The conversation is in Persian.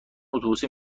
اتوبوسه